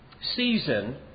season